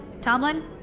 Tomlin